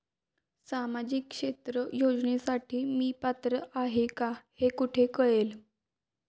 सामाजिक क्षेत्र योजनेसाठी मी पात्र आहे का हे कुठे कळेल?